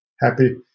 happy